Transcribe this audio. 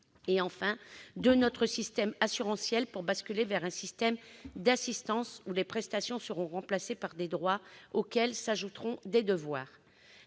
et, enfin, de notre système assurantiel, qui va basculer vers un système d'assistance dans lequel les prestations seront remplacées par des droits auxquels s'ajouteront des devoirs.